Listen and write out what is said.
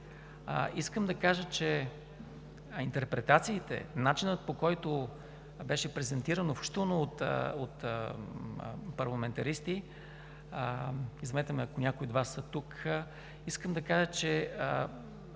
Искам да кажа, че интерпретациите, начинът, по който беше презентирано, включително от парламентаристи, извинете ме, ако някои от Вас са тук, едва ли не се